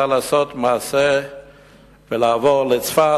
לעשות מעשה ולעבור לצפת,